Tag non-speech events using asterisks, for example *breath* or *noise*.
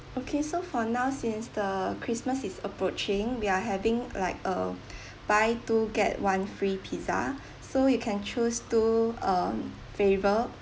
okay so for now since the christmas is approaching we are having like a *breath* buy two get one free pizza *breath* so you can choose two um flavour